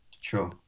Sure